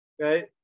right